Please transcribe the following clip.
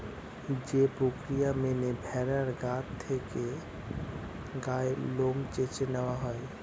যে প্রক্রিয়া মেনে ভেড়ার গা থেকে গায়ের লোম চেঁছে নেওয়া হয়